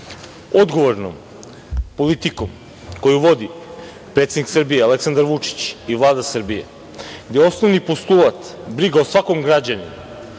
19.Odgovornom politikom koju vodi predsednik Srbije, Aleksandar Vučić i Vlada Srbije, gde je osnovni postulat briga o svakom građaninu,